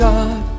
God